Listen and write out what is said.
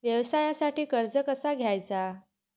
व्यवसायासाठी कर्ज कसा घ्यायचा?